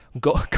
go